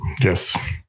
yes